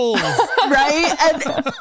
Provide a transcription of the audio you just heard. Right